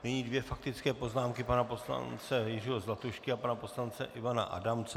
Nyní dvě faktické poznámky, pana poslance Jiřího Zlatušky a pana poslance Ivana Adamce.